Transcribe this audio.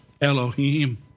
Elohim